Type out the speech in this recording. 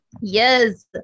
Yes